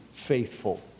faithful